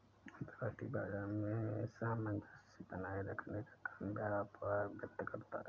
अंतर्राष्ट्रीय बाजार में सामंजस्य बनाये रखने का काम व्यापार वित्त करता है